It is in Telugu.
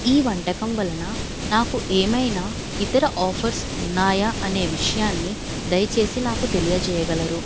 ఈ వంటకం వలన నాకు ఏమైనా ఇతర ఆఫర్స్ ఉన్నాయా అనే విషయాన్ని దయచేసి నాకు తెలియజేయగలరు